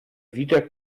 wieder